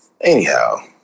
Anyhow